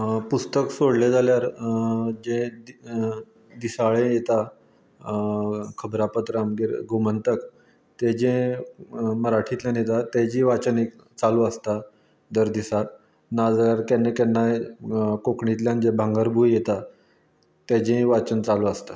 पुस्तक सोडले जाल्यार जे दिसाळें येता खबरापत्रां गोमंतक तेजे मराठींतल्यान येता तेजे वाचन एक चालू आसता दर दिसाक नाजाल्यार केन्ना केन्नाय कोंकणींतल्यान जे भांगरभूंय येता तेजेय वाचन चालू आसता